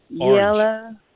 Orange